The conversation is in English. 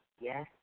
yes